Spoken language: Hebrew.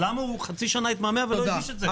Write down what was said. למה הוא חצי שנה התמהמה ולא הגיש את זה?